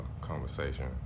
conversation